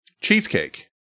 cheesecake